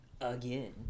again